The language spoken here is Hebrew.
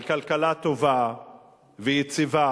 על כלכלה טובה ויציבה.